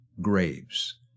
graves